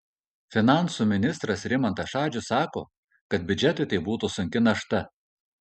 finansų ministras rimantas šadžius sako kad biudžetui tai būtų sunki našta